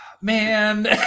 man